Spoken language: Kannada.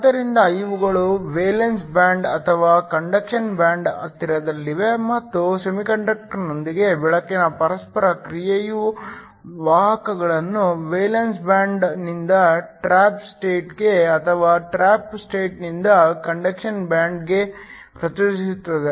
ಆದ್ದರಿಂದ ಇವುಗಳು ವೇಲೆನ್ಸಿ ಬ್ಯಾಂಡ್ ಅಥವಾ ಕಂಡಕ್ಷನ್ ಬ್ಯಾಂಡ್ಗೆ ಹತ್ತಿರದಲ್ಲಿವೆ ಮತ್ತು ಸೆಮಿಕಂಡಕ್ಟರ್ನೊಂದಿಗೆ ಬೆಳಕಿನ ಪರಸ್ಪರ ಕ್ರಿಯೆಯು ವಾಹಕಗಳನ್ನು ವೇಲೆನ್ಸ್ ಬ್ಯಾಂಡ್ನಿಂದ ಟ್ರಾಪ್ ಸ್ಟೇಟ್ಗೆ ಅಥವಾ ಟ್ರಾಪ್ ಸ್ಟೇಟ್ನಿಂದ ಕಂಡಕ್ಷನ್ ಬ್ಯಾಂಡ್ಗೆ ಪ್ರಚೋದಿಸುತ್ತದೆ